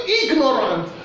ignorant